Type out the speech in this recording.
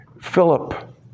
Philip